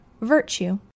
Virtue